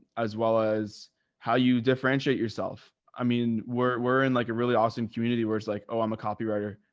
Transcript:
as well as how you differentiate yourself. i mean, we're, we're in like a really awesome community where it's like, oh, i'm a copywriter.